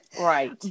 Right